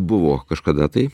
buvo kažkada tai